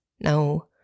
no